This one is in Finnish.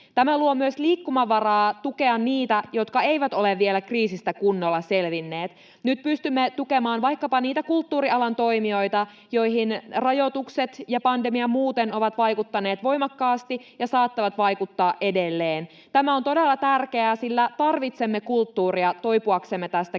Tämä luo myös liikkumavaraa tukea niitä, jotka eivät ole vielä kriisistä kunnolla selvinneet. Nyt pystymme tukemaan vaikkapa niitä kulttuurialan toimijoita, joihin rajoitukset ja pandemia muuten ovat vaikuttaneet voimakkaasti ja saattavat vaikuttaa edelleen. Tämä on todella tärkeää, sillä tarvitsemme kulttuuria toipuaksemme tästä kriisistä.